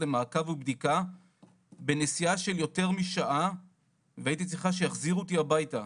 למעקב ובדיקה בנסיעה של יותר משעה והייתי צריכה שיחזירו אותי הביתה,